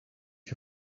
you